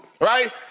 right